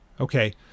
Okay